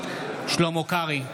שלמה קרעי,